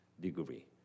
degree